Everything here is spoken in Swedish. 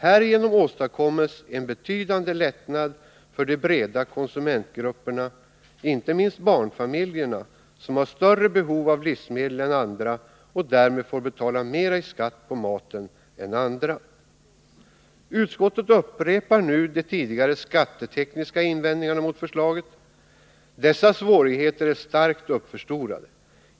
Härigenom åstadkommes en betydande lättnad för de breda konsumentgrupperna, inte minst barnfamiljerna som har större behov av livsmedel än andra och därmed får betala mera i skatt på maten än andra. Utskottet upprepar nu de tidigare skattetekniska invändningarna mot förslaget. Dessa svårigheter är starkt uppförstorade.